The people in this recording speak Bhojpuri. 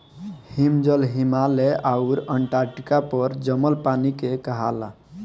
हिमजल, हिमालय आउर अन्टार्टिका पर जमल पानी के कहाला